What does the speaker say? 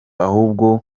ahubwo